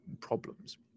problems